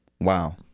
Wow